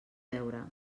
beure